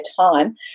time